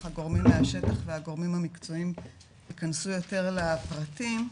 שהגורמים מהשטח והגורמים המקצועיים יכנסו יותר לפרטים,